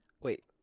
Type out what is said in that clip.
Wait